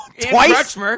twice